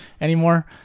anymore